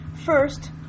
First